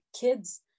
kids